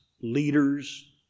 leaders